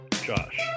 Josh